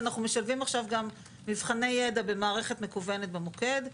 אנחנו משלבים עכשיו מבחני ידע במערכת מקוונת במוקד,